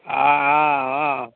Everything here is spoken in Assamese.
অঁ